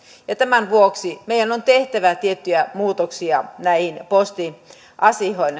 tämän vuoksi meidän on tehtävä tiettyjä muutoksia näihin postiasioihin